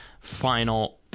final